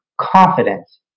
confidence